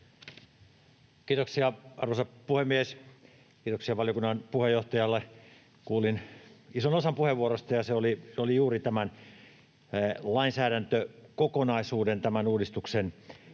Kiitoksia, arvoisa puhemies! Kiitoksia valiokunnan puheenjohtajalle. Kuulin ison osan puheenvuorosta, ja se oli juuri tämän lainsäädäntökokonaisuuden, tämän uudistuksen,